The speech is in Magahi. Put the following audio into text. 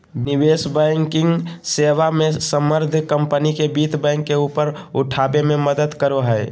निवेश बैंकिंग सेवा मे सम्बद्ध कम्पनी वित्त बैंक के ऊपर उठाबे मे मदद करो हय